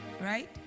right